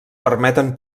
permeten